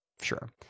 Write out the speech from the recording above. sure